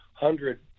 hundred